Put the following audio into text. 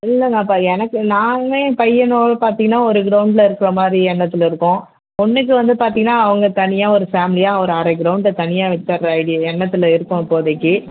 இல்லை நான் இப்போ எனக்கு நானுமே என் பையனும் பார்த்தீங்கன்னா ஒரு க்ரௌண்டில் இருக்கிற மாதிரி எண்ணத்தில் இருக்கோம் பெண்ணுக்கு வந்து பார்த்தீங்கன்னா அவங்க தனியாக ஒரு ஃபேம்லியாக ஒரு அரை க்ரௌண்டை தனியாக விட்டுர்ற ஐடியா எண்ணத்தில் இருக்கோம் இப்போதைக்கு